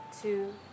two